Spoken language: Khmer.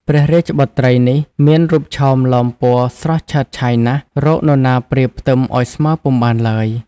ព្រះរាជបុត្រីនេះមានរូបឆោមលោមពណ៌ស្រស់ឆើតឆាយណាស់ រកនរណាប្រៀបផ្ទឹមឲ្យស្មើពុំបានឡើយ។